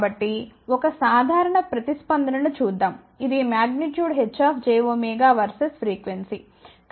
కాబట్టి ఒక సాధారణ ప్రతిస్పందనను చూద్దాం ఇది H jω వర్సెస్ ఫ్రీక్వెన్సీ